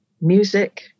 music